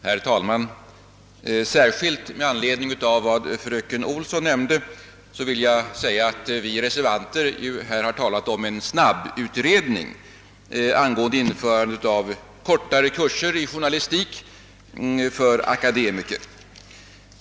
Herr talman! Särskilt med anledning av vad fröken Olsson nämnde vill jag framhålla, att vi reservanter talat om en snabbutredning angående införande av kortare kurser i journalistik för akademiker.